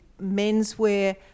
menswear